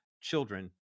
children